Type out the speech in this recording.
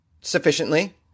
sufficiently